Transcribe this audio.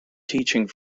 teaching